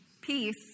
peace